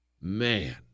man